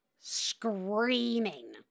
screaming